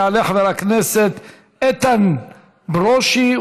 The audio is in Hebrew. יעלה חבר הכנסת איתן ברושי.